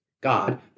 God